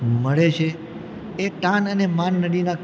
મળે છે એ તાન અને માન નદીના